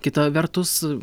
kita vertus